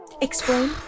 Explain